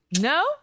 no